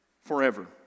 forever